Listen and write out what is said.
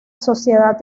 sociedad